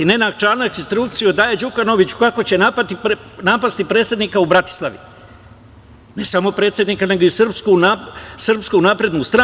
Nenad Čanak instrukcije daje Đukanoviću kako će napasti predsednika u Bratislavi, ne samo predsednika, nego i SNS.